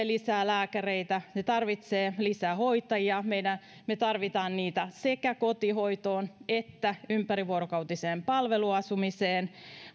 lisää lääkäreitä se tarvitsee lisää hoitajia me tarvitsemme heitä sekä kotihoitoon että ympärivuorokautiseen palveluasumiseen